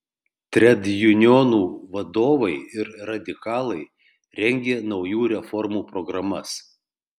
tredjunionų vadovai ir radikalai rengė naujų reformų programas